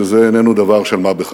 שזה איננו דבר של מה בכך.